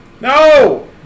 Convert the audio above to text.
No